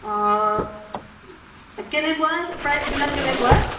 অঁ কেনেকুৱা প্ৰাইজবিলাক কেনেকুৱা